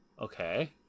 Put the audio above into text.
okay